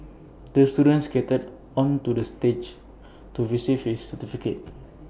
the student skated onto the stage to receive his certificate